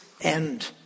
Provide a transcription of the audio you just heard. end